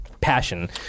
passion